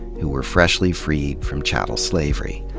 who were freshly freed from chattel slavery.